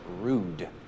rude